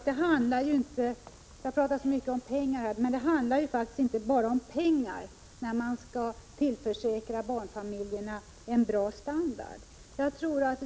Det har talats mycket om pengar, men det handlar faktiskt inte bara om det när det gäller att tillförsäkra barnfamiljerna en god standard.